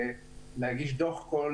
להגיש דוח כל